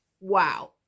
Wow